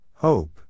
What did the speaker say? Hope